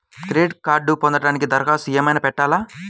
Credit కార్డ్ను పొందటానికి దరఖాస్తు ఏమయినా పెట్టాలా?